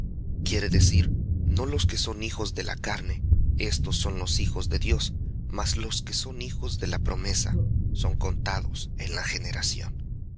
quiere decir no los que son hijos de la carne éstos son los hijos de dios mas los que son hijos de la promesa son contados en la generación